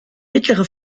mittlere